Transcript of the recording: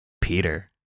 Peter